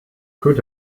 could